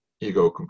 ego